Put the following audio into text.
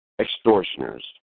extortioners